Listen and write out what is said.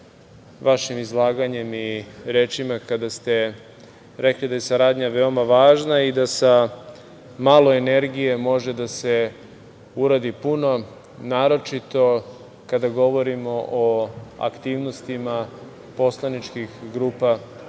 vašim izlaganjem i rečima kada ste rekli da je saradnja veoma važna i da se malo energije može da se uradi puno, naročito kada govorimo o aktivnostima poslaničkih grupa,